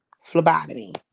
phlebotomy